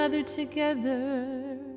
together